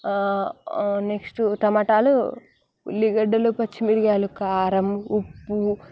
next టమాటాలు ఉల్లిగడ్డలు పచ్చి మిరియాలు కారం ఉప్పు